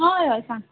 हय हय सांग